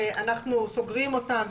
ואנחנו סוגרים אותם,